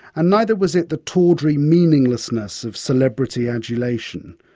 and neither was it the tawdry meaninglessness of celebrity adulation.